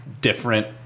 different